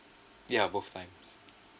ya both times